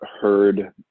heard